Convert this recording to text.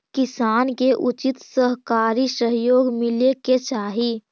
किसान के उचित सहकारी सहयोग मिले के चाहि